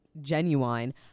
Genuine